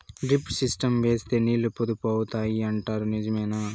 Drip system వేస్తే నీళ్లు పొదుపు అవుతాయి అంటారు నిజమేనా?